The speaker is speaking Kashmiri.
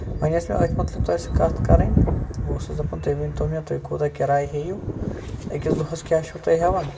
وۄنۍ ٲسۍ مےٚ أتھۍ مُتعلِق تۄہہِ سۭتۍ کَتھ کَرٕنۍ بہٕ اوسُس دَپان تُہۍ ؤنۍ تو مےٚ تُہۍ کوٗتاہ کِراے ہیٚیو أکِس دۄہَس کیاہ چھِو تُہۍ ہیوان